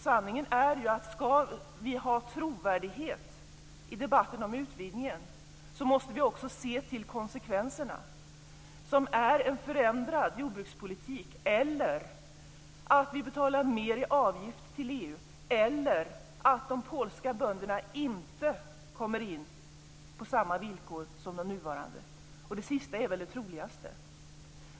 Sanningen är att vi måste se till konsekvenserna om vi ska ha trovärdighet i debatten om utvidgningen. Konsekvenserna är en förändrad jordbrukspolitik, att vi betalar mer i avgift till EU eller att de polska bönderna inte kommer in på samma villkor som de nuvarande. Det sista är väl det troligaste.